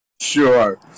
Sure